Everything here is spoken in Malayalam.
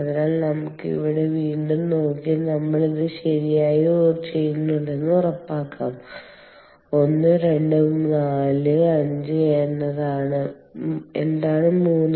അതിനാൽ നമുക്ക് ഇവിടെ വീണ്ടും നോക്കി നമ്മൾ ഇത് ശരിയായി ചെയ്യുന്നുണ്ടെന്ന് ഉറപ്പാക്കാം 1 2 4 5 എന്താണ് 3